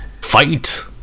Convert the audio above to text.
fight